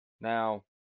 Now